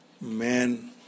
man